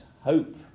hope